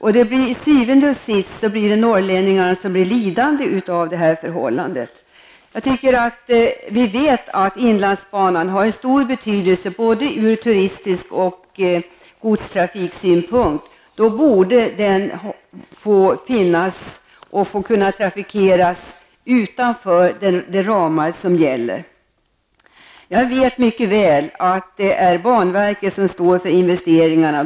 Til syvende og sidst blir det norrlänningarna som får lida av förhållandena. Inlandsbanan har stor betydelse både för turismen och för godstrafiken. Den borde därför kunna få trafikeras utanför gällande ramar. Jag vet mycket väl att det är banverket som står för investeringarna.